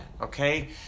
okay